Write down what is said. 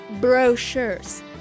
brochures